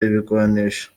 ibigwanisho